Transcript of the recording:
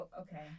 okay